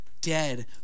dead